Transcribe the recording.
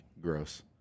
gross